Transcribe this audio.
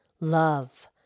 Love